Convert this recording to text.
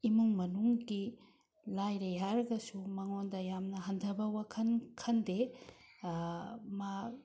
ꯏꯃꯨꯡ ꯃꯅꯨꯡꯒꯤ ꯂꯥꯏꯔꯩ ꯍꯥꯏꯔꯒꯁꯨ ꯃꯉꯣꯟꯗ ꯌꯥꯝꯅ ꯍꯟꯊꯕ ꯋꯥꯈꯜ ꯈꯟꯗꯦ ꯃꯥ